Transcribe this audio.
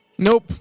Nope